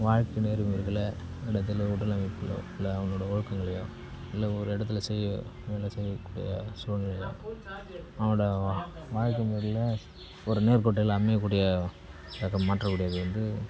வாழ்க்கை நெறிமுறைகளை உடல் அமைப்புகளையோ இல்லை அவங்களுடைய ஒழுக்கங்களையோ இல்லை ஒரு இடத்துல செய்யும் வேலை செய்யக்கூடிய சூழ்நிலைகள் அவனோடய வாழ்க்கை முறையில் ஒரு நேர்க்கூட்டல் அமையக்கூடிய மாற்றக்கூடியது வந்து